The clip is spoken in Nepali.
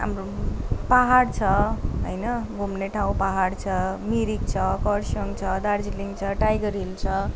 हाम्रो पाहाड छ घुम्ने ठाउँ पाहाड छ मिरिक छ खरसाङ छ दार्जिलिङ छ टाइगर हिल छ